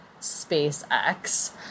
SpaceX